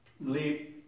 leave